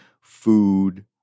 food